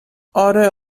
اره